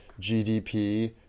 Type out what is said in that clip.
GDP